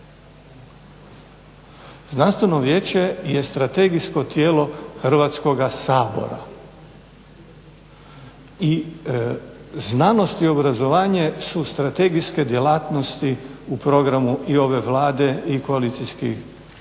Znanstveno vijeće je strategijsko tijelo Hrvatskoga sabora i znanost i obrazovanje su strategijske djelatnosti u programu i ove Vlade i u koalicijskom sporazumu.